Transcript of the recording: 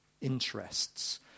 interests